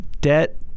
Debt